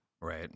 Right